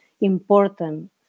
important